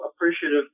appreciative